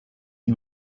you